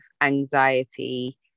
anxiety